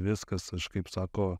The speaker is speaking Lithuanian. viskas aš kaip sako